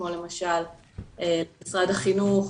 כמו: למשרד החינוך,